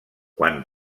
quan